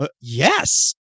Yes